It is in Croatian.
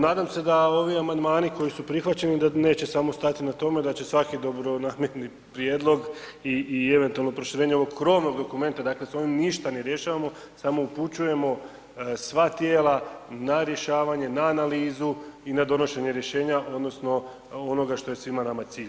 Nadam se da ovi amandmani koji su prihvaćeni da neće samo stati na tome da će svaki dobronamjerni prijedlog i eventualno proširenje ovog krovnog dokumenta, dakle s ovim ništa ne rješavamo samo upućujemo sva tijela na rješavanje, na analizu i na donošenje rješenja odnosno onoga što je svima nama cilj.